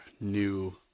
new